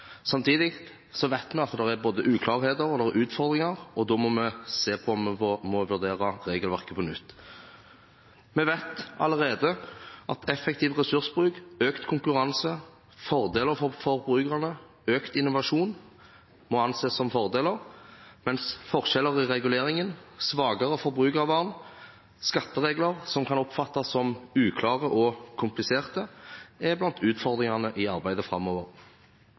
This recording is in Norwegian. Samtidig vet vi at det er både uklarheter og utfordringer, og da må vi se på om vi må vurdere regelverket på nytt. Vi vet allerede at effektiv ressursbruk, økt konkurranse, fordeler for forbrukerne og økt innovasjon må anses som fordeler, mens forskjeller i reguleringen, svakere forbrukervern og skatteregler som kan oppfattes som uklare og kompliserte, er blant utfordringene i arbeidet framover.